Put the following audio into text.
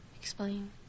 Explain